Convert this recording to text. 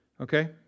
okay